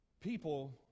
People